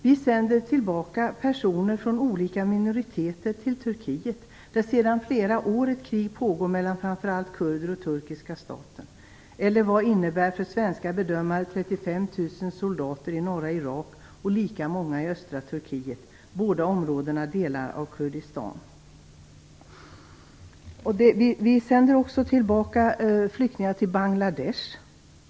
Vi sänder tillbaka personer från olika minoriteter till Turkiet, där det sedan flera år pågår ett krig mellan framför allt kurder och den turkiska staten. Vad anser svenska bedömare att 35 000 soldater i norra Irak och lika många i östra Turkiet innebär? Båda områdena utgör delar av Kurdistan. Vi sänder också tillbaka flyktingar till Bangladesh.